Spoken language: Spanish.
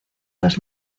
las